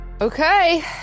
Okay